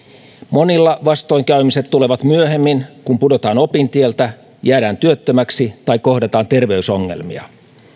monilla vastoinkäymiset tulevat myöhemmin kun pudotaan opintieltä jäädään työttömäksi tai kohdataan terveysongelmia